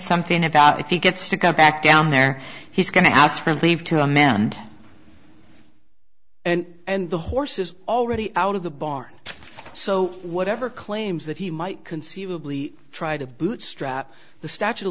something about if he gets to come back down there he's going to ask relieved to amend and the horse is already out of the barn so whatever claims that he might conceivably try to bootstrap the statute of